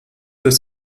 dass